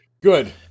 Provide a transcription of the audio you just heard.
good